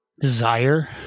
desire